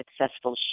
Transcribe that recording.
successful